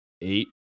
eight